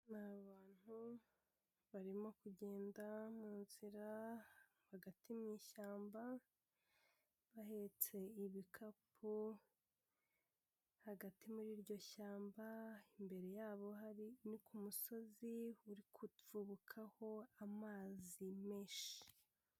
Aba bantu barimo kugenda mu nzira hagati mu ishyamba bahetse ibikapu hagati muri iryo shyamba imbere yabo hari nko ku musozi urigupfubukaho amazi menshi